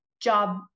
job